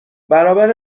برابر